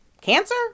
Cancer